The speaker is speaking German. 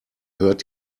hört